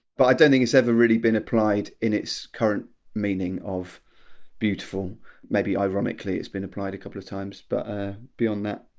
but i don't think it's ever really been applied in its current meaning of beautiful maybe ironically it's been applied a couple of times. but beyond that,